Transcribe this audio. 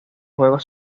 juegos